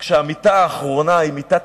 כשהמיתה האחרונה היא מיתת